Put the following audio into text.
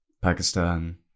pakistan